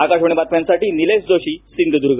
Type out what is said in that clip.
आकाशवाणी बातम्यांसाठी निलेश जोशी सिंधुदुर्ग